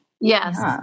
yes